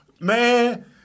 man